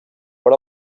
per